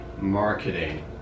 marketing